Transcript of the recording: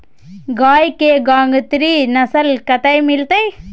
गाय के गंगातीरी नस्ल कतय मिलतै?